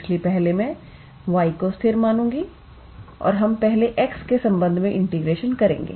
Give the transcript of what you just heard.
इसलिए पहले मैं y को स्थिर मानूंगी और हम पहले x के संबंध में इंटीग्रेशन करेंगे